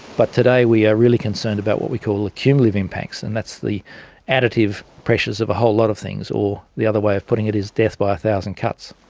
but today we are really concerned about what we call ah cumulative impacts, and that's the additive pressures of a whole lot of things, or the other way of putting it is a death by a thousand cuts.